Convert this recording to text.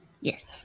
Yes